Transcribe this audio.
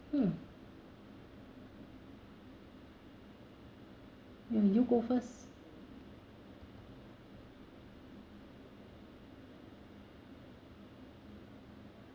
hmm you you go first